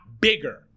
bigger